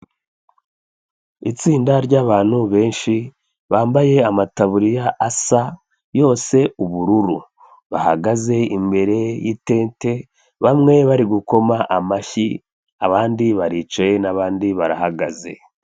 Itsinda ry'abantu benshi, bambaye amataburiya asa yose ubururu, bahagaze imbere y'itente, bamwe bari gukoma amashyi, abandi baricaye n'abandi barahagaze.